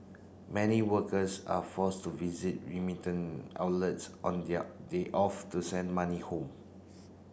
many workers are forced to visit outlets on their day off to send money home